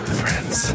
friends